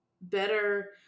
better